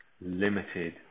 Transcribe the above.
limited